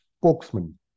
spokesman